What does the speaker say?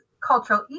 cultural